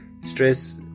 stress